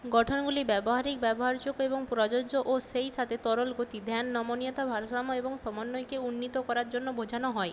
গঠনগুলি ব্যবহারিক ব্যবহারযোগ্য এবং প্রযোজ্য ও সেই সাথে তরল গতি ধ্যান নমনীয়তা ভারসাম্য এবং সমন্বয়কে উন্নীত করার জন্য বোঝানো হয়